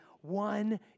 one